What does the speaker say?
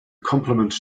compliment